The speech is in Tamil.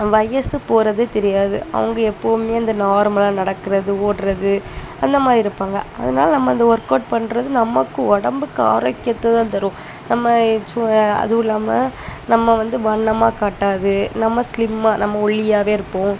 வயது போகிறதே தெரியாது அவங்க எப்பவுமே அந்த நார்மலாக நடக்கிறது ஓடுறது அந்த மாதிரி இருப்பாங்கள் அதனால் நம்ம அந்த ஒர்க்கவுட் பண்ணுறது நமக்கு உடம்புக்கு ஆரோக்கியத்தை தான் தரும் நம்ம சு அதுவும் இல்லாமல் நம்ம வந்து வண்ணமாக காட்டாது நம்ம ஸ்லிம்மாக நம்ம ஒல்லியாகவே இருப்போம்